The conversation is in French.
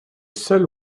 seul